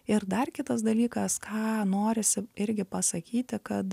ir dar kitas dalykas ką norisi irgi pasakyti kad